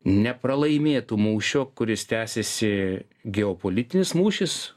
nepralaimėtų mūšio kuris tęsiasi geopolitinis mūšis